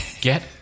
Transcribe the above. get